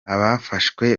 abafashwe